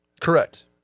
Correct